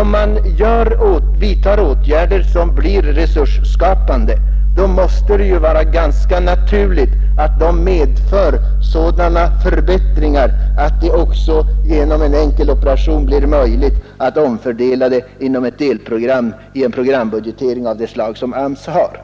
Om man vidtar åtgärder som blir resursskapande, måste de ju medföra sådana förbättringar att det sedan genom en enkel operation blir möjligt att om fördela anslagen inom delprogrammen i en programbudgetering av det slag som AMS har.